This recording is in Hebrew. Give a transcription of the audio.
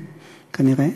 כנראה,